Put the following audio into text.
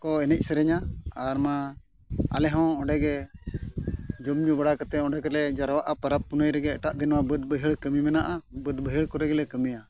ᱠᱚ ᱮᱱᱮᱡ ᱥᱮᱨᱮᱧᱟ ᱟᱨ ᱢᱟ ᱟᱞᱮ ᱦᱚᱸ ᱚᱸᱰᱮ ᱜᱮ ᱡᱚᱢᱼᱧᱩ ᱵᱟᱲᱟ ᱠᱟᱛᱮᱫ ᱚᱸᱰᱮ ᱜᱮᱞᱮ ᱡᱟᱨᱣᱟᱜᱼᱟ ᱯᱚᱨᱚᱵᱽ ᱯᱩᱱᱟᱹᱭ ᱨᱮᱜᱮ ᱮᱴᱟᱜ ᱫᱤᱱ ᱢᱟ ᱵᱟᱹᱫᱽ ᱵᱟᱹᱭᱦᱟᱹᱲ ᱠᱟᱹᱢᱤ ᱢᱮᱱᱟᱜᱼᱟ ᱵᱟᱹᱫᱽ ᱵᱟᱹᱭᱦᱟᱹᱲ ᱠᱚᱨᱮ ᱜᱮᱞᱮ ᱠᱟᱹᱢᱤᱭᱟ